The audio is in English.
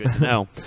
No